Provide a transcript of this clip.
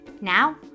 Now